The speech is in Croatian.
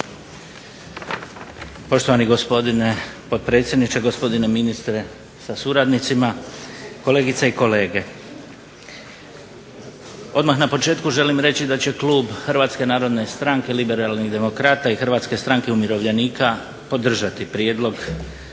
Poštovani gospodine potpredsjedniče, gospodine ministre sa suradnicima, kolegice i kolege. Odmah na početku želim reći da će Klub Hrvatske narodne stranke liberalnih demokrata i Hrvatske stranke umirovljenika podržati Prijedlog